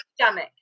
stomach